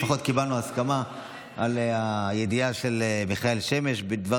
לפחות קיבלנו הסכמה על הידיעה של מיכאל שמש בדבר